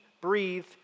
breathe